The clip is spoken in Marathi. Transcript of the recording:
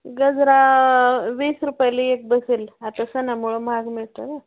गजरा वीस रुपयाला एक बसेल आता सणामुळं महाग मिळतं ना